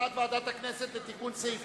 הצעת ועדת הכנסת לתיקון סעיף